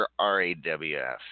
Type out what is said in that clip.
RAWF